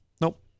Nope